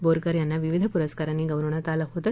बोरकर यांना विविध पुरस्कारांनी गौरवण्यात आलं होतं